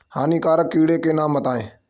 हानिकारक कीटों के नाम बताएँ?